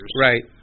Right